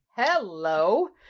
Hello